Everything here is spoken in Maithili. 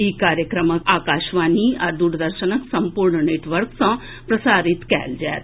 ई कार्यक्रम आकाशवाणी आ द्रदर्शनक सम्पूर्ण नेटवर्क सँ प्रसारित कयल जायत